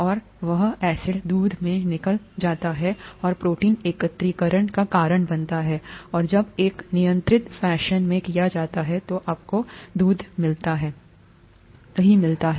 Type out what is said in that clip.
और वह एसिड दूध में निकल जाता है और प्रोटीन एकत्रीकरण का कारण बनता है और जब एक नियंत्रित फैशन में किया जाता है तो आपको दूध मिलता है